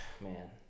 man